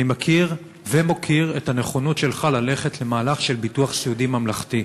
אני מכיר ומוקיר את הנכונות שלך ללכת למהלך של ביטוח סיעודי ממלכתי.